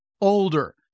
older